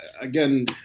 again